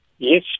Yes